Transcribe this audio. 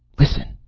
listen!